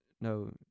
no